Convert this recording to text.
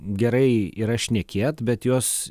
gerai yra šnekėt bet jos